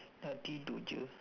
nak tido je